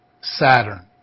Saturn